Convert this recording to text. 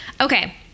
Okay